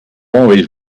always